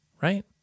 Right